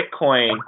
Bitcoin